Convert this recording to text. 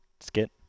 skit